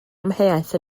amheuaeth